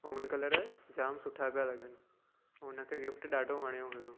ऐं उहे कलर जाम सुठा पिया लॻनि उनखे गिफ़्ट ॾाढो वणियो हुयो